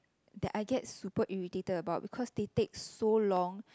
that I get super irritated about because they take so long